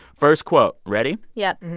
first quote. ready? yep